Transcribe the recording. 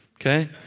Okay